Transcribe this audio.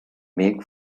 make